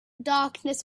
darkness